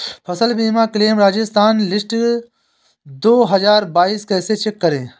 फसल बीमा claim Rajasthan list दो हज़ार बाईस कैसे चेक करें?